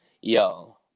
yo